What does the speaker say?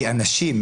אנשים,